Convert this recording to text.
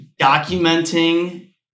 documenting